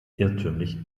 irrtümlich